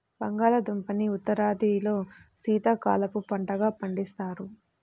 బంగాళాదుంపని ఉత్తరాదిలో శీతాకాలపు పంటగా పండిస్తారు